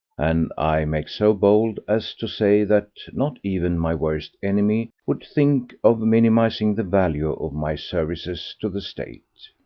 and i make so bold as to say that not even my worst enemy would think of minimizing the value of my services to the state.